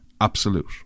Absolute